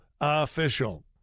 official